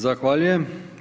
Zahvaljujem.